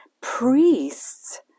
priests